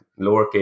lowercase